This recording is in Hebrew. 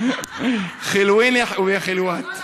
(אומר בערבית: יפים ויפות.)